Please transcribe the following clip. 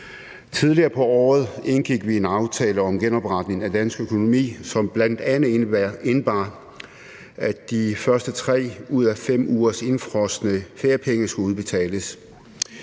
Tidligere på året indgik vi en aftale om genopretning af dansk økonomi, som bl.a. indebar, at de første 3 ud af 5 ugers indefrosne feriepenge skulle udbetales.